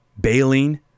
bailing